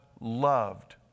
loved